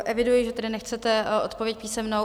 Eviduji, že tedy nechcete odpověď písemnou.